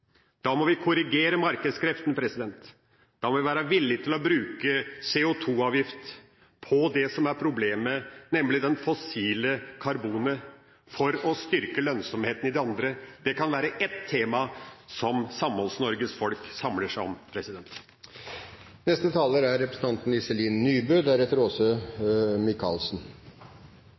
Da må vi korrigere markedskreftene. Da må vi være villige til å bruke CO2-avgift på det som er problemet – nemlig det fossile karbonet – for å styrke lønnsomheten i det andre. Det kan være ett tema som Samholds-Norges folk samler seg om. Som nyvalgt stortingsrepresentant fra Rogaland er